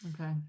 Okay